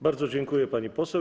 Bardzo dziękuję, pani poseł.